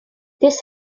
this